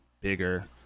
bigger